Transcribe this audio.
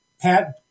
Pat